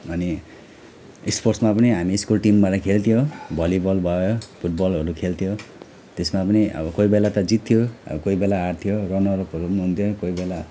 अनि स्पोर्ट्समा पनि हामी स्कुल टिमबाट खेल्थ्यो भली बल भयो फुटबलहरू खेल्थ्यो त्यसमा पनि अब कोही बेला त जित्थ्यो अब कोही बेला हार्थ्यो रनरहरू पनि हुन्थ्यो कोही बेला